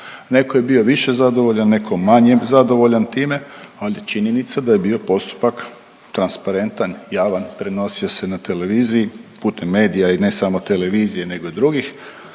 Neko je bio više zadovoljan, neko manje zadovoljan time, ali je činjenica da je bio postupak transparentan i javan, prenosio se na televiziji putem medija i ne samo televizije nego i drugih,